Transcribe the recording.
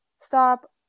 stop